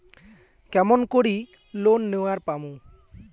কেমন করি লোন নেওয়ার পামু?